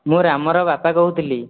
ମୁଁ ରାମର ବାପା କହୁଥିଲି